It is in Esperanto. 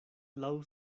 laŭ